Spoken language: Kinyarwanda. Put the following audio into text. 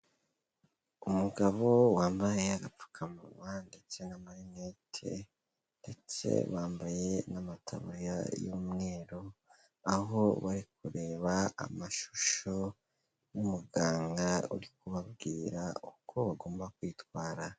Umugabo wambaye agapfukamunwa ndetse n'amarinete ndetse bambaye n'amataburiya y'umweru, aho bari kureba amashusho y'umuganga uri kubabwira uko bagomba kwitwara.